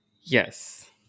Yes